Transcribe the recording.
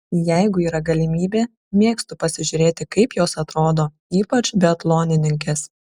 jeigu yra galimybė mėgstu pasižiūrėti kaip jos atrodo ypač biatlonininkės